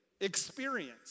experience